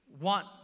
want